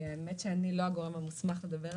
האמת שאני לא הגורם המוסמך לדבר על זה.